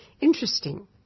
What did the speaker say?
Interesting